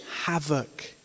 havoc